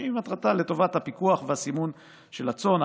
שהיא לטובת הפיקוח והסימון של הצאן,